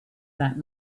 that